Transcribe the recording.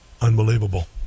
unbelievable